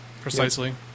Precisely